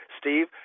Steve